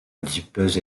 adipeuse